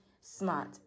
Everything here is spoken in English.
smart